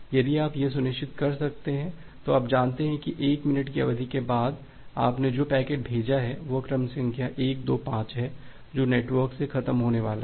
यदि आप यह सुनिश्चित कर सकते हैं तो आप जानते हैं कि 1 मिनट की अवधि के बाद आपने जो पैकेट भेजा है वह क्रम संख्या 125 है जो नेटवर्क से ख़त्म होने वाला है